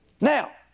Now